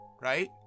Right